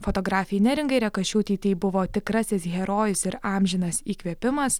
fotografei neringai rekašiūtei tai buvo tikrasis herojus ir amžinas įkvėpimas